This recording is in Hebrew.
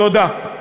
תודה.